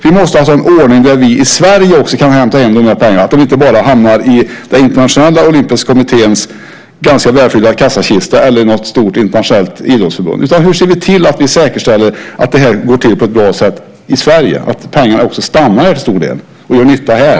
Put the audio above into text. Vi måste alltså ha en ordning där vi i Sverige också kan hämta in de här pengarna, så att de inte bara hamnar i den internationella olympiska kommitténs ganska välfyllda kassakista eller i något stort internationellt idrottsförbund. Hur ser vi till att vi säkerställer att det här går till på ett bra sätt i Sverige, att pengarna också stannar här till stor del och gör nytta här?